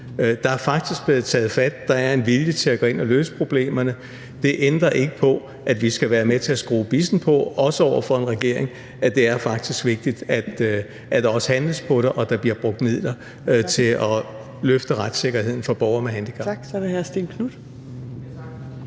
Der er faktisk blevet taget fat, og der er en vilje til at gå ind og løse problemerne. Det ændrer ikke på, at vi skal være med til at skrue bissen på, også over for en regering, for det er faktisk vigtigt, at der også handles på det, og at der bliver brugt midler til at løfte retssikkerheden for borgere med handicap.